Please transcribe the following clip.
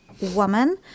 woman